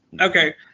Okay